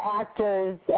actors